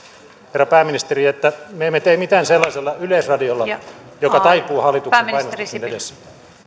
herra pääministeri että me emme tee mitään sellaisella yleisradiolla joka taipuu hallituksen painostuksen edessä